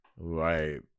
right